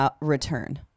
return